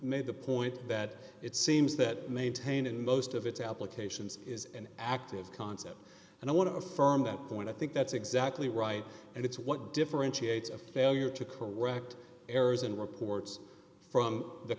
made the point that it seems that maintaining most of its applications is an active concept and i want to affirm that point i think that's exactly right and it's what differentiates a failure to correct errors in reports from the